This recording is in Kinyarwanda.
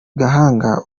gahanga